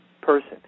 person